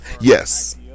Yes